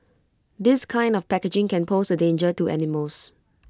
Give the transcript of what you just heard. this kind of packaging can pose A danger to animals